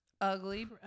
Ugly